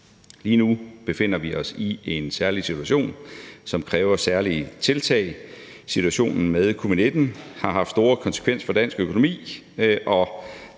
Lige nu befinder vi os i en særlig situation, som kræver særlige tiltag. Situationen med covid-19 har i stort omfang haft konsekvenser for dansk økonomi,